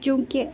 چونٛکہِ